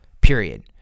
period